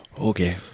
Okay